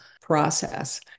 process